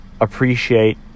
Appreciate